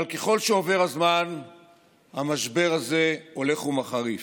אבל ככל שעובר הזמן המשבר הזה הולך ומחריף,